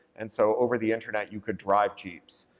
and so over the internet you could drive jeeps,